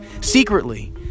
secretly